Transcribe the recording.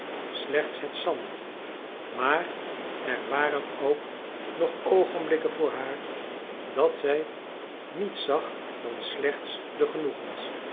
slechts het zand maar er waren ook nog oogenblikken voor haar dat zij niets zag dan slechts de genoegens